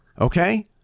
okay